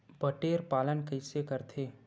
बटेर पालन कइसे करथे?